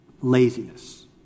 laziness